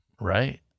right